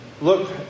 Look